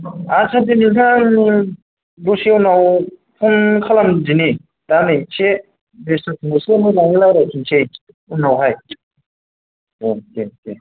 आटसा बे नोंथां दसे उनाव फन खालामदिनि दा नै एसे बेस्थ'थ' एसे मोजाङै रालायफिनसै उनावहाय औ दे दे